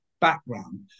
background